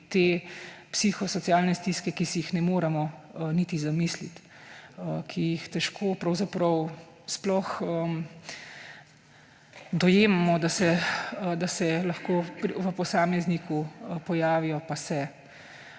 te psihosocialne stiske, ki si jih ne moremo niti zamisliti, ki jih težko pravzaprav sploh dojemamo, da se lahko v posamezniku pojavijo. Pa se.